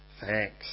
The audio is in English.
Thanks